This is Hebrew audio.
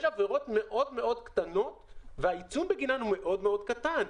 יש עבירות מאוד קטנות שהעיצום בגינן הוא מאוד מאוד קטן.